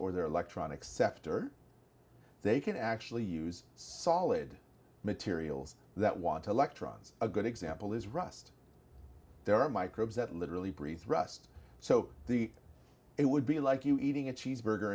or their electronic sector they can actually use solid materials that want to elect runs a good example is rust there are microbes that literally breathe rust so the it would be like you eating a cheeseburger